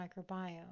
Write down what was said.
microbiome